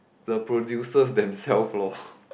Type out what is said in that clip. the producers themselves lor